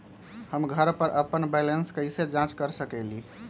हम घर पर अपन बैलेंस कैसे जाँच कर सकेली?